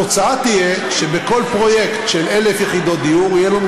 התוצאה תהיה שבכל פרויקט של 1,000 יחידות דיור יהיו לנו